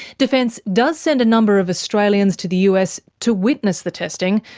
defence does send a number of australians to the us to witness the testing.